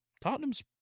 Tottenham's